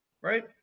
right